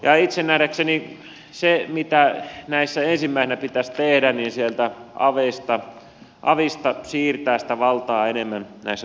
ja nähdäkseni se mitä näissä ensimmäisenä pitäisi tehdä on siirtää sieltä avista sitä valtaa enemmän näissä prosesseissa kunnille